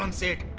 um sir